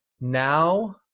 now